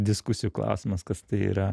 diskusijų klausimas kas tai yra